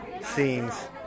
scenes